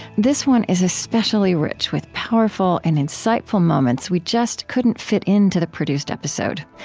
this one is especially rich, with powerful and insightful moments we just couldn't fit into the produced episode.